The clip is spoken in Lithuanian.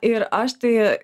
ir aš tai